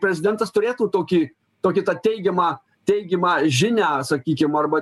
prezidentas turėtų tokį tokį teigiamą teigiamą žinią sakykime arba